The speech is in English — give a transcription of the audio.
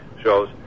shows